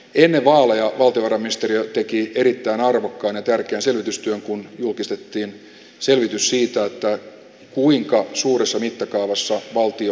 ennen vaaleja on tyrannista jotakin erittäin arvokkaana kärkeen selvitystyön kun julkistettiin selvitys siitä että kuinka suuressa mittakaavassa baltian